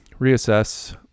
reassess